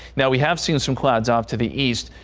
now we have seen some clouds off to the east.